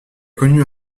connu